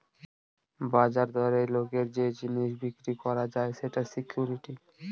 বাজার দরে লোকের যে জিনিস বিক্রি করা যায় সেটা সিকুইরিটি